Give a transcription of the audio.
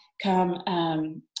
come